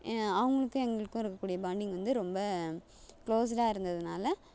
அவங்களுக்கும் எங்களுக்கும் இருக்கக்கூடிய பாண்டிங் வந்து ரொம்ப க்ளோஸுடாக இருந்ததுனால்